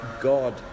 God